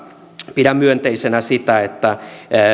pidän myönteisenä sitä että